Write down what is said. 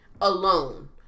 Alone